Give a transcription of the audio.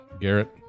Garrett